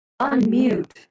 unmute